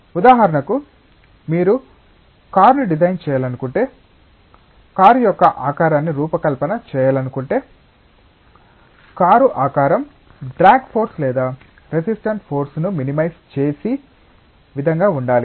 ఉదాహరణకు మీరు కారును డిజైన్ చేయాలనుకుంటే కారు ఆకారాన్ని రూపకల్పన చేయాలనుకుంటే కారు ఆకారం డ్రాగ్ ఫోర్స్ లేదా రెసిస్టెన్స్ ఫోర్స్ను మినిమైజ్ చేసే విధంగా ఉండాలి